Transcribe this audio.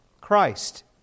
Christ